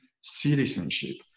citizenship